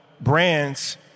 brands